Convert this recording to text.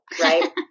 right